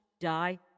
die